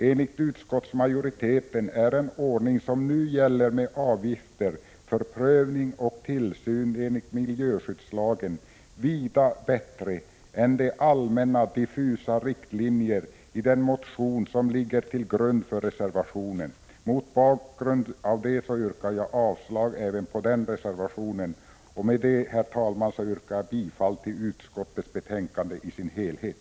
Enligt utskottsmajoriteten är den ordning som nu gäller med avgifter för prövning och tillsyn enligt miljöskyddslagen vida bättre än de allmänna, diffusa riktlinjerna i den motion som ligger till grund för reservationen. Mot bakgrund av det yrkar jag avslag även på den reservationen och bifall till utskottets hemställan i dess helhet.